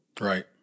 Right